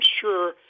sure